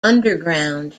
underground